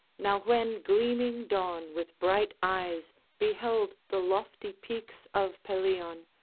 now when gleaming dawn with bright eyes beheld the lofty peaks of pelion,